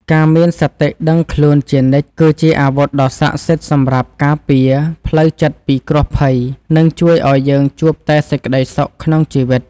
ការមានសតិដឹងខ្លួនជានិច្ចគឺជាអាវុធដ៏សក្ដិសិទ្ធិសម្រាប់ការពារផ្លូវចិត្តពីគ្រោះភ័យ និង ជួយឱ្យយើងជួបតែសេចក្តីសុខក្នុងជីវិត។